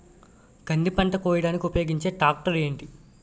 కంది పంట కోయడానికి ఉపయోగించే ట్రాక్టర్ ఏంటి?